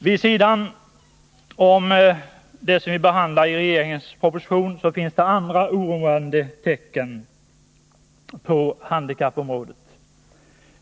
Vid sidan om det som behandlas i regeringens proposition finns det andra 135 Nr 47 oroande tecken på handikappområdet.